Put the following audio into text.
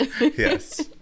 Yes